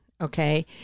Okay